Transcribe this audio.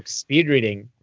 speed reading.